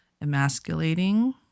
emasculating